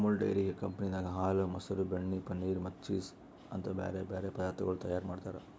Amul dairy ಕಂಪನಿದಾಗ್ ಹಾಲ, ಮೊಸರ, ಬೆಣ್ಣೆ, ಪನೀರ್ ಮತ್ತ ಚೀಸ್ ಅಂತ್ ಬ್ಯಾರೆ ಬ್ಯಾರೆ ಪದಾರ್ಥಗೊಳ್ ತೈಯಾರ್ ಮಾಡ್ತಾರ್